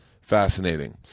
fascinating